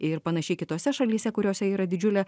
ir panašiai kitose šalyse kuriose yra didžiulė